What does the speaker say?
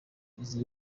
izi